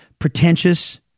Pretentious